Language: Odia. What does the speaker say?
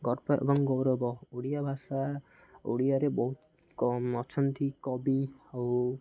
ଗର୍ବ ଏବଂ ଗୌରବ ଓଡ଼ିଆ ଭାଷା ଓଡ଼ିଆରେ ବହୁତ କ ଅଛନ୍ତି କବି ଆଉ